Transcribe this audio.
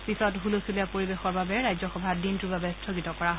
পিছত হুলস্থূলীয়া পৰিৱেশৰ বাবে ৰাজ্যসভা দিনটোৰ বাবে স্থগিত কৰা হয়